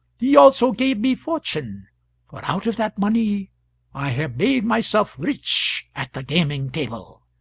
he also gave me fortune for out of that money i have made myself rich at the gaming-table.